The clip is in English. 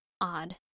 odd